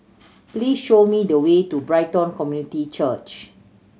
please show me the way to Brighton Community Church